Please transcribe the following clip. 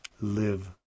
live